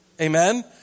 Amen